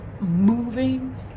moving